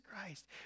Christ